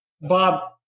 Bob